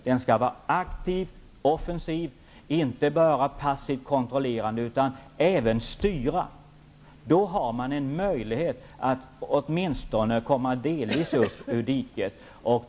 Den skall vara aktiv, offensiv och även styra och inte bara vara passivt kontrollerande. Då finns det en möjlighet att åtminstone delvis komma upp ur diket.